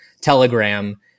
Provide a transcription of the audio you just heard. telegram